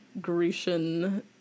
Grecian